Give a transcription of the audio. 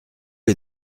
est